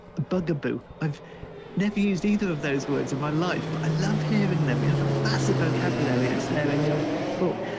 bugaboo. i've never used either of those words in my life, but i love having them. you have a massive vocabulary it's there in your book.